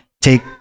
take